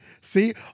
See